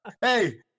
Hey